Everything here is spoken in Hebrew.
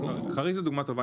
חריש זה דוגמה טובה.